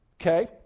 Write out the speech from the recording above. Okay